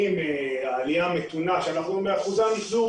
העלייה המתונה שאנחנו רואים באחוזי המחזור